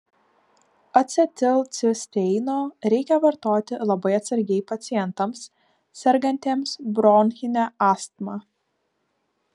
acetilcisteino reikia vartoti labai atsargiai pacientams sergantiems bronchine astma